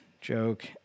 joke